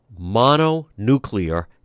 mononuclear